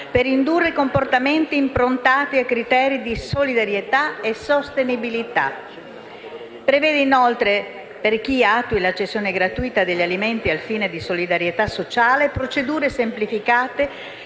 per indurre comportamenti improntati a criteri di solidarietà e sostenibilità. Esso prevede inoltre, per chi attui la cessione gratuita degli alimenti al fine di solidarietà sociale, procedure semplificate